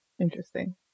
Interesting